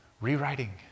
rewriting